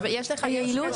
אבל יש לך --- בכל מקרה,